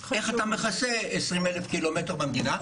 אבל איך אתה מכסה 20,000 ק"מ במדינה?